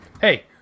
hey